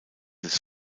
des